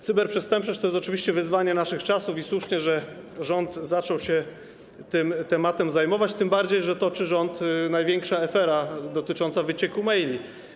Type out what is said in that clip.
Cyberprzestępczość to jest oczywiście wyzwanie naszych czasów i słusznie, że rząd zaczął się tym tematem zajmować, tym bardziej że toczy rząd największa afera dotycząca wycieku maili.